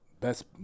best